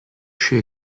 she